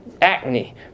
Acne